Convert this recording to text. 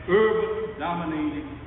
urban-dominated